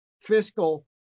fiscal